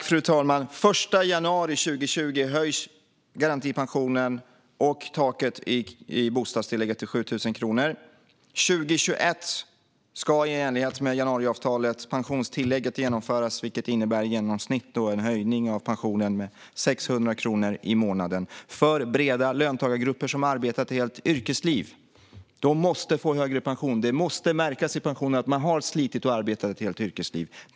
Fru talman! Den 1 januari 2020 höjs garantipensionen, och taket i bostadstillägget höjs till 7 000 kronor. År 2021 ska pensionstillägget genomföras, i enlighet med januariavtalet, vilket innebär en höjning av pensionen med i genomsnitt 600 kronor i månaden för breda löntagargrupper som har arbetat ett helt yrkesliv. De måste få högre pension. Det måste märkas i pensionen att man har slitit och arbetat ett helt yrkesliv.